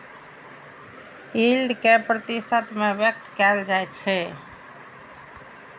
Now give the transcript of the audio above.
yield कें प्रतिशत मे व्यक्त कैल जाइ छै